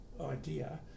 idea